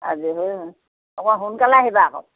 আজৰি হৈ অকণমান সোনকালে আহিবা আকৌ